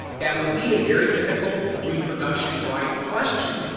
that would be a very difficult reproduction right question.